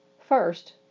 First